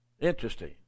Interesting